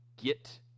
get